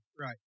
Right